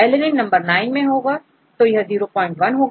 alanine number 9 में है तो01होगा